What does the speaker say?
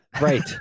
right